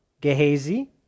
Gehazi